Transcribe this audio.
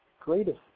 greatest